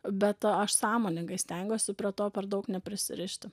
bet aš sąmoningai stengiuosi prie to per daug neprisirišti